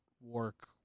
work